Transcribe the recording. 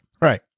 Right